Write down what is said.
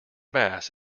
bass